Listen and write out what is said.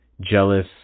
jealous